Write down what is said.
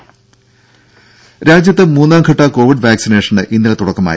ദേഴ രാജ്യത്ത് മൂന്നാംഘട്ട കോവിഡ് വാക്സിനേഷന് ഇന്നലെ തുടക്കമായി